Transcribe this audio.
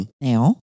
now